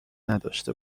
نداشته